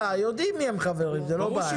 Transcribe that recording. יודעים מי הם חברי הוועדה, זה לא בעיה.